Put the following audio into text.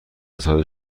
سایز